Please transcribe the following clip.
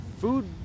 Food